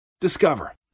Discover